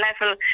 level